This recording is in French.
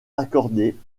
accordée